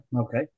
okay